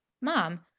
Mom